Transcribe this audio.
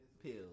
pills